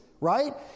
right